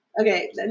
okay